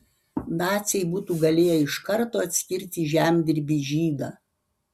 naciai būtų galėję iš karto atskirti žemdirbį žydą